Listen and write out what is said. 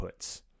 inputs